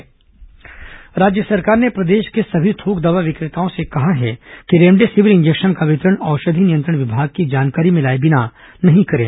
remdesivir injection राज्य सरकार ने प्रदेश के सभी थोक दवा विक्रेताओं से कहा है कि रेमडेसिविर इंजेक्शन का वितरण औषधि नियंत्रण विभाग की जानकारी में लाए बिना नहीं करें